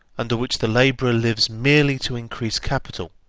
under which the labourer lives merely to increase capital,